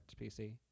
PC